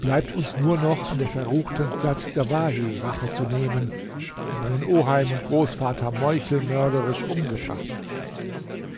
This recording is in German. bleibt uns nur noch an der verruchten dsat dawahi rache zu nehmen die meinen oheim und großvater meuchelmörderisch umgebracht